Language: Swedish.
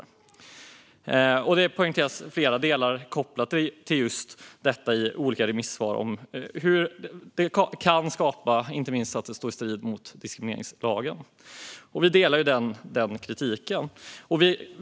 I olika remissvar poängteras flera delar kopplat till just detta. Det kan leda till sådant som står i strid med diskrimineringslagen. Vi håller med om den kritiken.